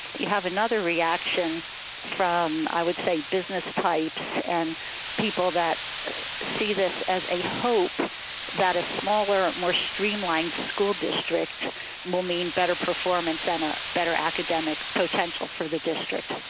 you have another reaction from i would say business types and people that see this as a hope that a smaller, more streamlined school district will mean better performance and a better academic potential for the district.